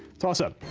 toss-up.